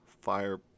fire